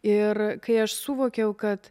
ir kai aš suvokiau kad